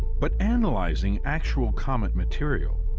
but analyzing actual comet material,